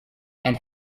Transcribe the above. and